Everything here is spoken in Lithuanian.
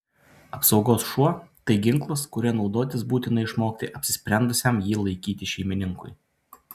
apsaugos šuo tai ginklas kuriuo naudotis būtina išmokti apsisprendusiam jį laikyti šeimininkui